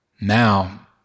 Now